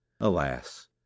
Alas